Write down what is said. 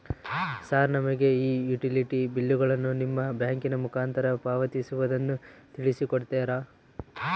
Sir ನಮಗೆ ಈ utility ಬಿಲ್ಲುಗಳನ್ನು ನಿಮ್ಮ ಬ್ಯಾಂಕಿನ ಮುಖಾಂತರ ಪಾವತಿಸುವುದನ್ನು ತಿಳಿಸಿ ಕೊಡ್ತೇರಾ?